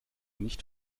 nicht